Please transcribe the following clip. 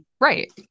right